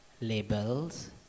labels